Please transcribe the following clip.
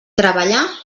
treballar